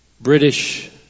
British